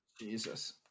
Jesus